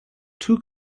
two